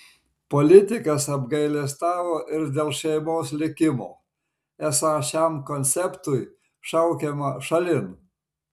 politikas apgailestavo ir dėl šeimos likimo esą šiam konceptui šaukiama šalin